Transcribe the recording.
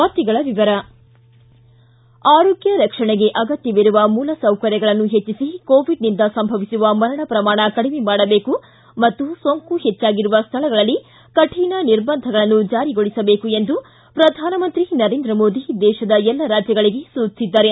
ವಾರ್ತೆಗಳ ವಿವರ ಆರೋಗ್ಯ ರಕ್ಷಣೆಗೆ ಅಗತ್ಯವಿರುವ ಮೂಲಸೌಕರ್ಯಗಳನ್ನು ಪೆಚ್ಚಿಸಿ ಕೋವಿಡ್ನಿಂದ ಸಂಭವಿಸುವ ಮರಣ ಪ್ರಮಾಣ ಕಡಿಮ ಮಾಡಬೇಕು ಮತ್ತು ಸೋಂಕು ಹೆಚ್ಚಾಗಿರುವ ಸ್ಥಳಗಳಲ್ಲಿ ಕಠಣ ನಿರ್ಬಂಧಗಳನ್ನು ಜಾರಿಗೊಳಿಸಬೇಕು ಎಂದು ಪ್ರಧಾನಮಂತ್ರಿ ನರೇಂದ್ರ ಮೋದಿ ದೇಶದ ಎಲ್ಲ ರಾಜ್ಯಗಳಿಗೆ ಸೂಚಿಸಿದ್ದಾರೆ